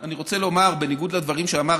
אני רוצה לומר, בניגוד לדברים שאמר,